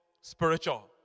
spiritual